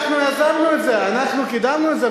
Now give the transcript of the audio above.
אנחנו יזמנו את זה, אנחנו קידמנו את זה.